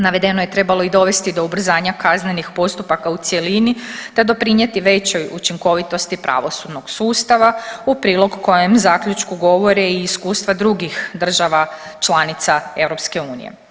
Navedeno je trebalo i dovesti do ubrzanja kaznenih postupaka u cjelini te doprinijeti većoj učinkovitosti pravosudnog sustava u prilog kojem zaključku govore i iskustava drugih država članica EU.